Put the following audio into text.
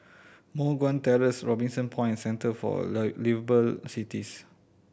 Moh Guan Terrace Robinson Point Centre for Liveable Cities